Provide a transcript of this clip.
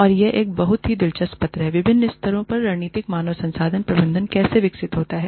और यह एक बहुत ही दिलचस्प पत्र है विभिन्न स्तरों पर रणनीतिक मानव संसाधन प्रबंधन कैसे विकसित होता है